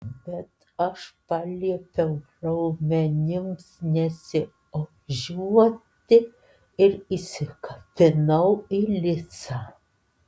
bet aš paliepiau raumenims nesiožiuoti ir įsikabinau į lisą